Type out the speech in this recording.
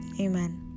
amen